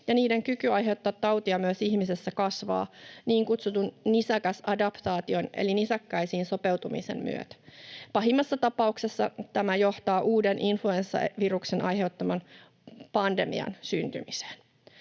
niiden kyky aiheuttaa tautia myös ihmisessä kasvaa niin kutsutun nisäkäsadaptaation eli nisäkkäisiin sopeutumisen myötä. Pahimmassa tapauksessa tämä johtaa uuden influenssaviruksen aiheuttaman pandemian syntymiseen.